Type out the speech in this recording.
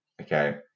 Okay